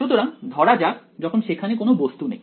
সুতরাং ধরা যাক যখন সেখানে কোনো বস্তু নেই